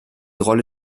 rolle